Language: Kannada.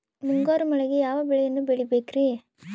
ಮುಂಗಾರು ಮಳೆಗೆ ಯಾವ ಬೆಳೆಯನ್ನು ಬೆಳಿಬೇಕ್ರಿ?